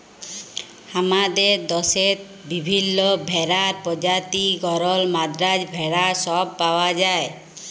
হামাদের দশেত বিভিল্য ভেড়ার প্রজাতি গরল, মাদ্রাজ ভেড়া সব পাওয়া যায়